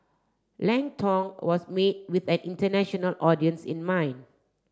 Lang Tong was made with an international audience in mind